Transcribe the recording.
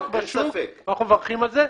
ואנחנו מברכים על זה.